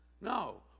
No